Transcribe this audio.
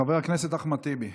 חבר הכנסת אחמד טיבי.